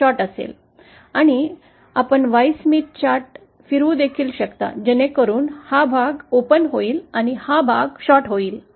आणि आपण Y Smith chart देखील फिरवू शकता जेणेकरून हा भाग खुला होईल आणि हा भाग होईल